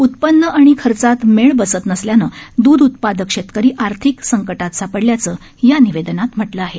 उत्पन्न आणि खर्चात मेळ बसत नसल्यानं दूध उत्पादक शेतकरी आर्थिक संकटात सापडल्याचं या निवेदनात म्हटलं आहे